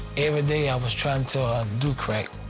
every day, i was trying to do crack.